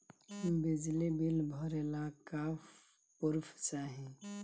बिजली बिल भरे ला का पुर्फ चाही?